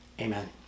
Amen